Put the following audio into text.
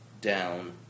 down